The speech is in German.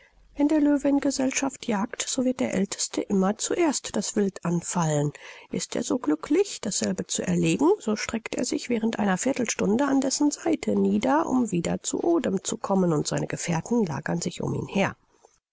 wenn der löwe in gesellschaft jagt so wird der älteste immer zuerst das wild anfallen ist er so glücklich dasselbe zu erlegen so streckt er sich während einer viertelstunde an dessen seite nieder um wieder zu odem zu kommen und seine gefährten lagern sich um ihn her